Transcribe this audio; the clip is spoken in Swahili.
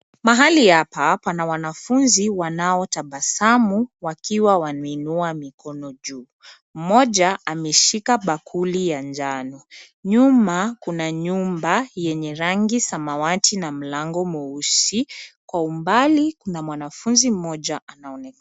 Mahali hapa pana wanafunzi wanaotabasamu wakiwa wameinua mikono juu mmoja ameshika bakuli ya njano nyuma kuna nyumba yenye rangi samawati na mlango mweusi kwa umbali kuna mwanafunzi mmoja anaonekana.